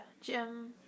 gym